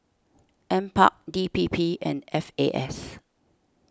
NParks D P P and F A S